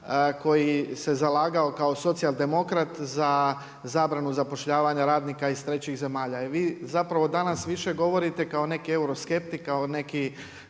koji se zalagao kao socijaldemokrat za zabranu zapošljavanja radnika iz trećih zemalja. Jer vi zapravo danas više govorite kao neki euroskeptik, kao neki